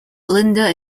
linda